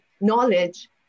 knowledge